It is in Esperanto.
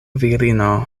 virino